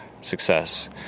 success